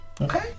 Okay